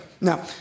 Now